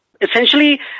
Essentially